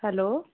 hello